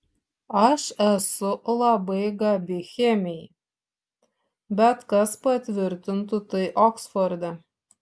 aš esu labai gabi chemijai bet kas patvirtintų tai oksforde